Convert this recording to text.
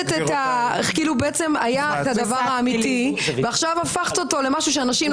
בעצם היה הדבר האמיתי ועכשיו הפכת אותו למשהו שאנשים לא מבינים.